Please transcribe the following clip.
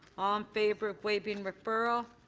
um favor of waiving referral.